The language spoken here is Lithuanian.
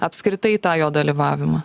apskritai tą jo dalyvavimą